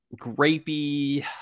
grapey